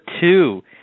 two